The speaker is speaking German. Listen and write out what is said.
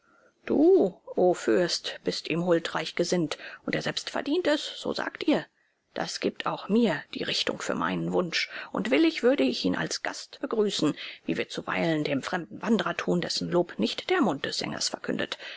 du o fürst bist ihm huldreich gesinnt und er selbst verdient es so sagt ihr das gibt auch mir die richtung für meinen wunsch und willig würde ich ihn als gast begrüßen wie wir zuweilen dem fremden wanderer tun dessen lob nicht der mund des sängers verkündet